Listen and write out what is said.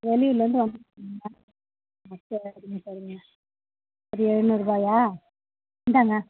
வெளியூரிலேருந்து வந்திருக்கோங்க ஆ சரிங்க சரிங்க அது எழுநூறுபாயா இந்தாங்க